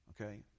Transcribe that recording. Okay